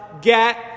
get